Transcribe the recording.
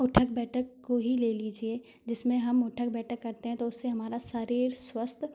उठक बैठक को ही ले लीजिए जिसमें हम उठक बैठक करते हैं तो उसे हमारा शरीर स्वस्थ